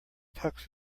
tux